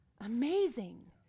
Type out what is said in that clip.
Amazing